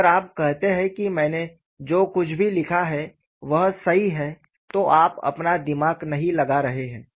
अगर आप कहते हैं कि मैंने जो कुछ भी लिखा है वह सही है तो आप अपना दिमाग नहीं लगा रहे हैं